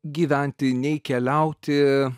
gyventi nei keliauti